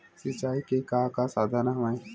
सिंचाई के का का साधन हवय?